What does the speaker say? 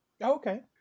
okay